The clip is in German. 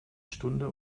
stunde